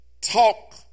Talk